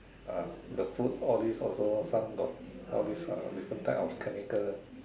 ah the food all this also some got all this different type of chemical